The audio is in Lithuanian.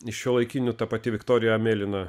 iš šiuolaikinių ta pati viktorija mėlyna